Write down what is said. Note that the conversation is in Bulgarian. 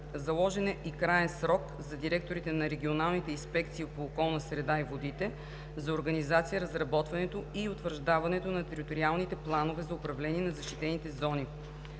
Заложен е и краен срок за директорите на регионалните инспекции по околната среда и водите за организация на разработването и утвърждаването на териториалните планове за управление на защитените зони.